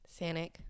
Sanic